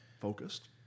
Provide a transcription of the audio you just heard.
focused